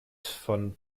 von